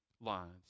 lines